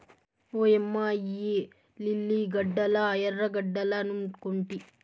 ఓయమ్మ ఇయ్యి లిల్లీ గడ్డలా ఎర్రగడ్డలనుకొంటి